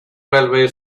railway